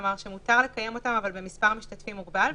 כלומר שמותר לקיים אבל במספר משתתפים מוגבל,